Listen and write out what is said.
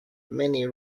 many